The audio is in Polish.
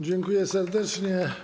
Dziękuję serdecznie.